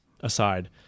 aside